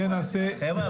--- חבר'ה,